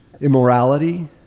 immorality